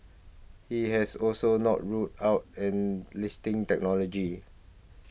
he has also not ruled out enlisting technology